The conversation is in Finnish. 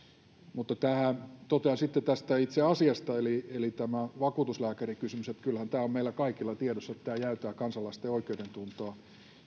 totean sitten tästä itse asiasta eli eli vakuutuslääkärikysymyksestä että kyllähän tämä on meillä kaikilla tiedossa että tämä jäytää kansalaisten oikeudentuntoa